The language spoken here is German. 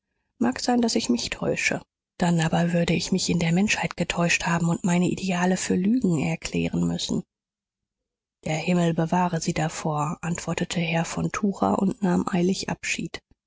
mag sein daß ich mich täusche dann aber würde ich mich in der menschheit getäuscht haben und meine ideale für lügen erklären müssen der himmel bewahre sie davor antwortete herr von tucher und nahm eilig abschied